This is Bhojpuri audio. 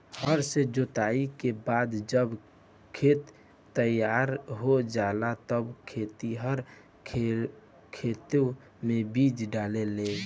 हर से जोताई के बाद जब खेत तईयार हो जाला तब खेतिहर खेते मे बीज डाले लेन